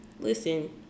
Listen